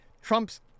Trump's